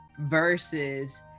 versus